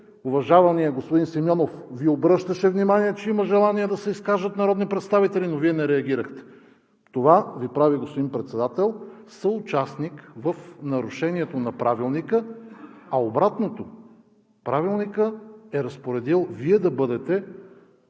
Уважаваният господин Симеонов Ви обръщаше внимание, че има желание да се изкажат народни представители, но Вие не реагирахте. Това Ви прави, господин Председател, съучастник в нарушението на Правилника, а обратното – Правилникът е разпоредил Вие да бъдете